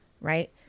right